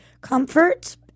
comfort